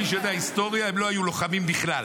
מי שיודע היסטוריה, הם לא היו לוחמים בכלל.